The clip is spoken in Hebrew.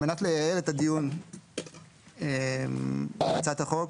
על מנת לייעל את הדיון בהצעת החוק,